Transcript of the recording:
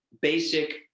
basic